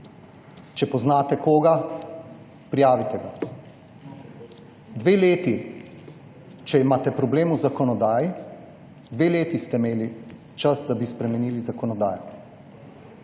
Če poznate koga, prijavite ga. Če imate problem v zakonodaji, ste imeli dve leti čas, da bi spremenili zakonodajo.